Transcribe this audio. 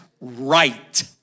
right